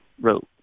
wrote